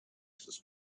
his